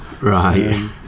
Right